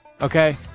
okay